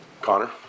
Connor